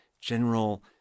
general